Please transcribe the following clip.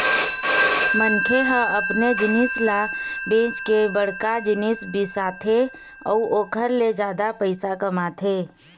मनखे ह अपने जिनिस ल बेंच के बड़का जिनिस बिसाथे अउ ओखर ले जादा पइसा कमाथे